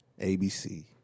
ABC